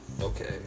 okay